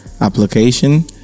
application